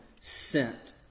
sent